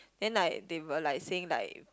then like they were like saying like